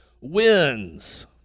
wins